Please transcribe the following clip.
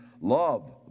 Love